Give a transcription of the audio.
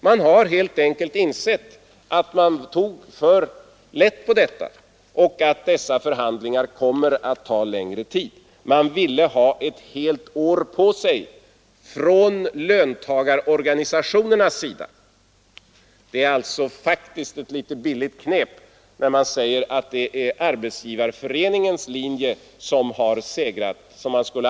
Man har helt enkelt insett att man tog för lätt på detta och att dessa förhandlingar kommer att ta längre tid än man beräknade. Löntagarorganisationerna ville ha ett helt år på sig. Det är alltså faktiskt ett billigt knep när man säger att det är Arbetsgivareföreningens linje som har segrat.